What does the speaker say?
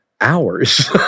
hours